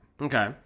Okay